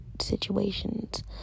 situations